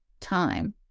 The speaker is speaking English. time